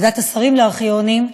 ועדת השרים לארכיונים,